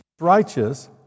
righteous